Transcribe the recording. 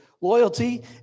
Loyalty